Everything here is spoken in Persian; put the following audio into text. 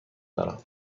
دارم